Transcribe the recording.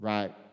Right